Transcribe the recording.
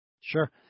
Sure